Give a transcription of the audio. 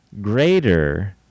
greater